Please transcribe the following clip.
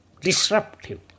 disruptive